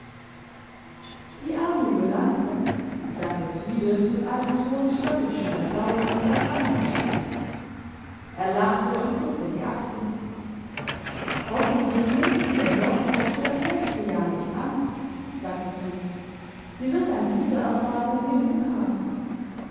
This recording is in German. die arme jolanthe sagte fides mit einem ton spöttischen bedauerns als randers schloss er lachte und zuckte die achseln hoffentlich nimmt sie ihr blockhaus für das nächste jahr nicht an sagte fides sie wird an dieser erfahrung genug haben